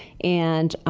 and,